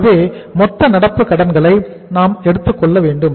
ஆகவே மொத்த நடப்பு கடன்களை நாம் எடுத்துக் கொள்ள வேண்டும்